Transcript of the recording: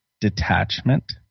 detachment